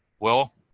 well,